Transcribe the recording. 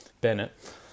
Bennett